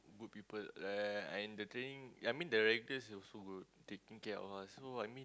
good people like I in the training ya I mean the rankers also good taking care of us so I mean